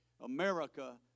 America